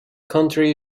country